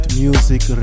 music